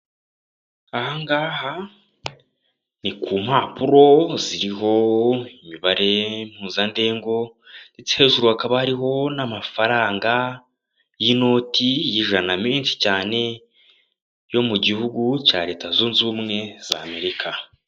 Aha ngaha ni ku mpapuro ziriho imibare mpuzandengo ndetse hejuru hakaba hariho n'amafaranga y'inoti y'ijana menshi cyane yo mu gihugu cya Leta Zunze Ubumwe za Amerika.